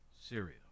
Syria